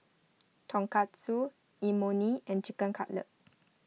Tonkatsu Imoni and Chicken Cutlet